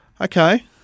okay